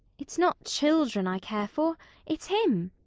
it's not children i care for it's him.